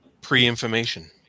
pre-information